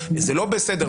זה לא בסדר,